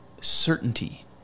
certainty